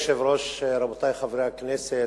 כבוד היושב-ראש, רבותי חברי הכנסת,